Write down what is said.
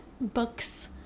books